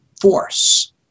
force